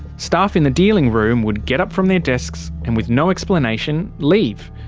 staff in the dealing room would get up from their desks, and with no explanation, leave,